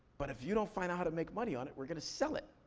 but if you don't find out how to make money on it, we're gonna sell it.